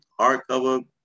hardcover